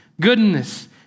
goodness